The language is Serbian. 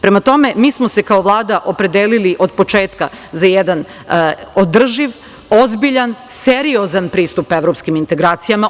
Prema tome, mi smo se kao Vlada opredelili od početka za jedan održiv, ozbiljan, seriozan pristup evropskim integracijama.